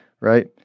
right